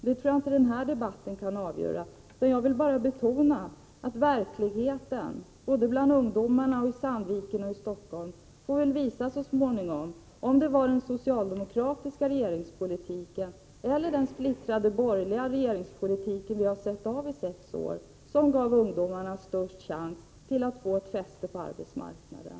Det tror jag inte kan avgöras i den här debatten, utan jag vill bara betona att verkligheten bland ungdomar både i Sandviken och i Stockholm så småningom får visa om det var den socialdemokratiska regeringspolitiken eller den splittrade borgerliga regeringspolitiken under sex år som gav ungdomarna den största chansen att få fotfäste på arbetsmarknaden.